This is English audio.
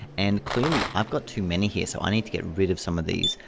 and clearly, i've got too many here, so i need to get rid of some of these.